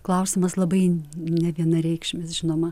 klausimas labai nevienareikšmis žinoma